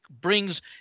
Brings